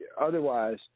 otherwise